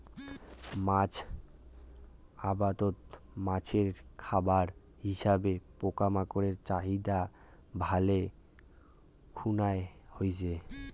মাছ আবাদত মাছের খাবার হিসাবে পোকামাকড়ের চাহিদা ভালে খুনায় হইচে